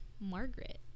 margaret